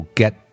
get